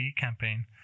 campaign